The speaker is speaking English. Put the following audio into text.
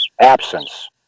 absence